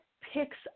picks